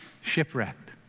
shipwrecked